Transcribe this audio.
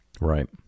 Right